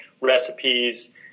recipes